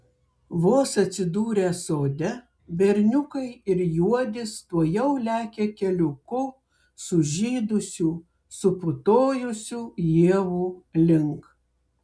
vos atsidūrę sode berniukai ir juodis tuojau lekia keliuku sužydusių suputojusių ievų link